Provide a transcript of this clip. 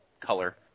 color